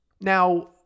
Now